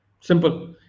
Simple